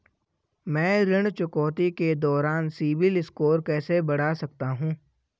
मैं ऋण चुकौती के दौरान सिबिल स्कोर कैसे बढ़ा सकता हूं?